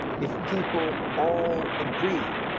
if people all agree,